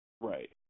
right